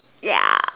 ya